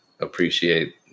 appreciate